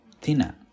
thinner